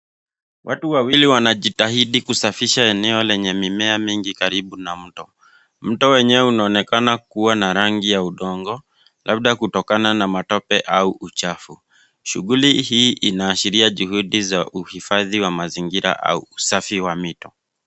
Watu wawili wanajitajidi kusafisha eneo lenye mimea mingi karibu na mto. Mto wenyewe unaonekana kuwa na rangi ya udongo labda kutokana na matope au uchafu. Shunguli hii inaashiria juhudi za uhifadhi wa mazingira au usafi wa mito.